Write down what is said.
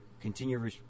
continue